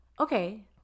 okay